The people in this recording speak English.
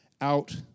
out